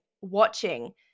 watching